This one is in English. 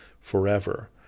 forever